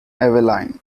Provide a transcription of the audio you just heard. evelyn